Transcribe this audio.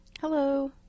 Hello